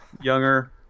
younger